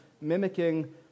mimicking